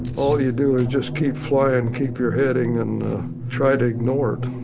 all you do is just keep flying, keep your heading, and try to ignore it.